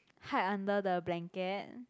hide under the blanket